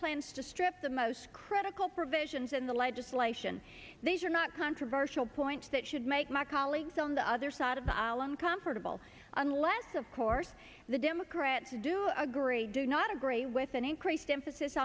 plans to strip the most critical provisions in the legislation these are not controversial points that should make my colleagues on the other side of the island comfortable unless of course the democrats do agree do not agree with an increased emphasis